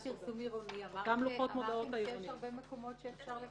אמרתם שיש הרבה מקומות שאפשר לפרסם.